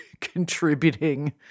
contributing